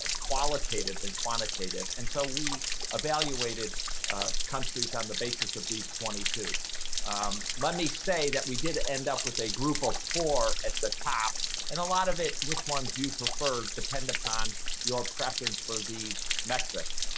qualitative than quantitative and so we evaluated countries on the basis of these twenty two let me say that we did end up with a group of four at the top and a lot of it which ones you prefer depend upon your preference for these metrics?